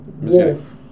wolf